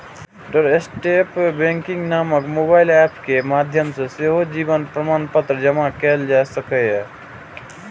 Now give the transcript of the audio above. doorstep banking नामक mobile app के माध्यम सं सेहो जीवन प्रमाणपत्र जमा कैल जा सकैए